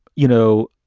you know,